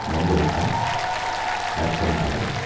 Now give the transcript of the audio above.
நல்லொழுக்கம் நற்பண்புகள்